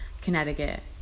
Connecticut